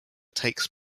takes